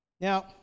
Now